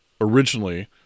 originally